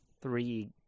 three